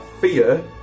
Fear